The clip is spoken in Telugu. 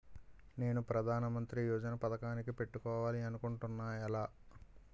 నేను ప్రధానమంత్రి యోజన పథకానికి పెట్టుకోవాలి అనుకుంటున్నా ఎలా?